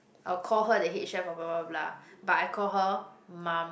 I will call her the head chef of blah blah blah but I call her mum